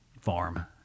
farm